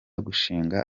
gushinga